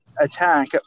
attack